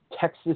Texas